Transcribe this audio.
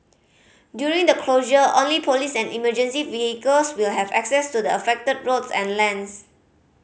during the closure only police and emergency vehicles will have access to the affected roads and lanes